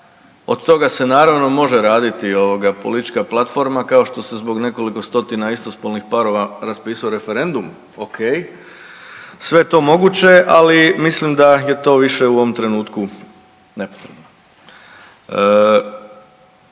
Od toga se naravno može raditi ovoga politička platforma kao što se zbog nekoliko stotina istospolnih parova raspisao referendum, ok, sve je to moguće, ali mislim da je to više u ovom trenutku nepotrebno.